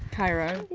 cairo?